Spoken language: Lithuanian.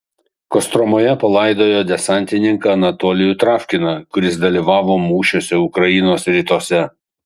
kostromoje palaidojo desantininką anatolijų travkiną kuris dalyvavo mūšiuose ukrainos rytuose